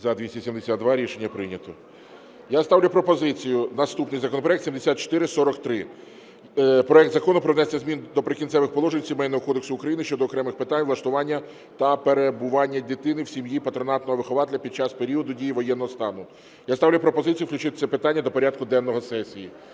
За-272 Рішення прийнято. Я ставлю пропозицію... Наступний законопроект 7443. Проект Закону про внесення змін до Прикінцевих положень Сімейного кодексу України (щодо окремих питань влаштування та перебування дитини в сім’ї патронатного вихователя під час періоду дії воєнного стану). Я ставлю пропозицію включити це питання до порядку денного сесії.